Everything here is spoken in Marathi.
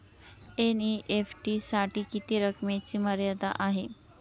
एन.ई.एफ.टी साठी किती रकमेची मर्यादा आहे?